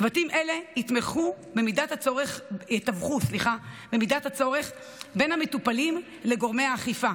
צוותים אלו יתווכו במידת הצורך בין המטופלים לגורמי האכיפה,